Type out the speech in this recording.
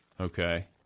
Okay